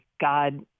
God